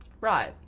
right